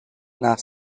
nach